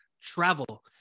travel